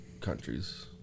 Countries